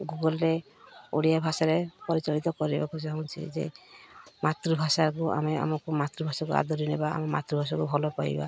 ଗୁଗୁଲରେ ଓଡ଼ିଆ ଭାଷାରେ ପରିଚାଳିତ କରିବାକୁ ଚାହୁଁଛି ଯେ ମାତୃଭାଷାକୁ ଆମେ ଆମକୁ ମାତୃଭାଷାକୁ ଆଦରି ନେବା ଆମ ମାତୃଭାଷାକୁ ଭଲ ପାଇବା